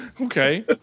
Okay